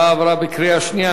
רבותי, ההצעה עברה בקריאה שנייה.